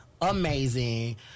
amazing